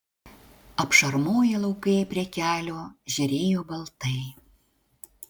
apšarmoję laukai prie kelio žėrėjo baltai